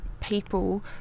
people